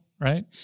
right